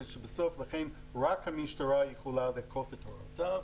ולכן, רק המשטרה יכולה לאכוף את הוראות החוק.